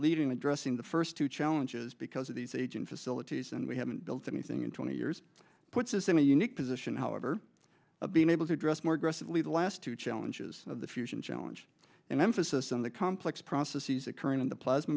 leading addressing the first two challenges because of these aging facilities and we haven't built anything in twenty years puts us in a unique position however of being able to address more aggressively the last two challenges of the fusion challenge and emphasis on the complex process of occurring in the plasma